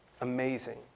Amazing